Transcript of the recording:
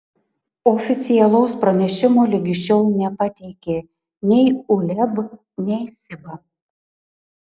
oficialaus pranešimo ligi šiol nepateikė nei uleb nei fiba